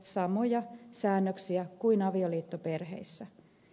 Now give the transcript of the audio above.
samoja säännöksiä kuin avioliittoperheissä